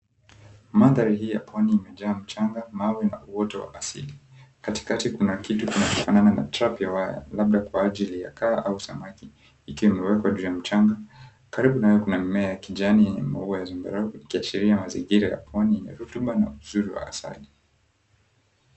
Mandhari hii ya pwani imejaa mchanga mawe na uoto wa asili, katikati kuna kitu inayofanana na trap ya waya labda kwa ajili ya kaa au samaki, ikiwa imeekwa juu ya machanga karibu nayo kuna mimea ya kijani yenye maua ya zambarau ikiashiria mazingira ya pwani yenye rutuba na asali.